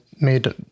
made